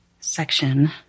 section